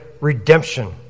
redemption